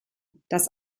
das